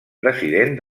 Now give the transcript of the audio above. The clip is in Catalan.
president